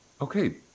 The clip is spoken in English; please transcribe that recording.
okay